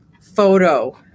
photo